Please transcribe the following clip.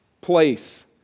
place